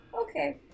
Okay